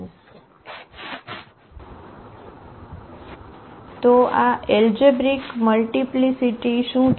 તો algebraic multiplicity શું છે